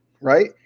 right